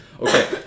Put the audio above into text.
Okay